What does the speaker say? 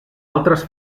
altres